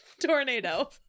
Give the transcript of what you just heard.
tornado